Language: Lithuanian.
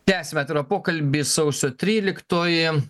tęsiame pokalbį sausio tryliktoji